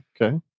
Okay